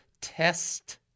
test